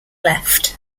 left